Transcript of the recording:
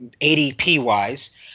ADP-wise